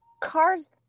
Cars